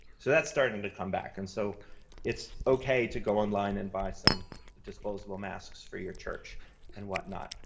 so that's starting to come back, and so it's okay to go online and buy some disposable masks for your church and whatnot.